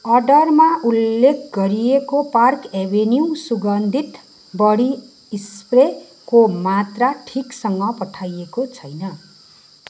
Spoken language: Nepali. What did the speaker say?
अर्डरमा उल्लेख गरिएको पार्क एभेन्यू सुगन्धित बडी स्प्रेको मात्रा ठिकसँग पठाइएको छैन